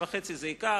שנה וחצי זה ייקח,